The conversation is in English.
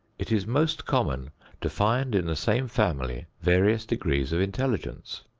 it is most common to find in the same family various degrees of intelligence.